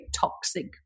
toxic